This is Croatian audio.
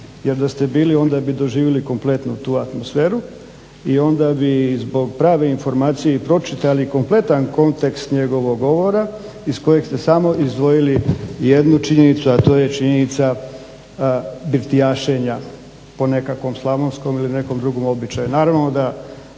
jer da ste bili onda bi doživili kompletnu tu atmosferu i onda bi zbog prave informacije i pročitali kompletan kontekst njegovog govora iz kojeg ste samo izdvojili jednu činjenicu a to je činjenica birtijašenja po nekakvom slavonskom ili nekom drugom običaju.